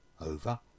Over